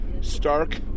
stark